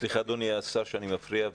סליחה אדוני השר שאני מפריע.